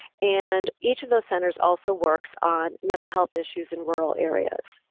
and each of those centers also works on mental health issues in rural areas.